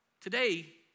Today